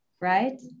Right